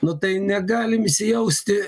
nu tai negalim įsijausti